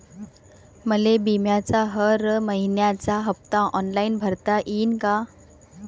मले बिम्याचा हर मइन्याचा हप्ता ऑनलाईन भरता यीन का?